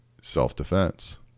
self-defense